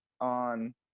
on